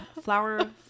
flower